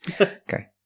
Okay